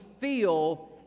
feel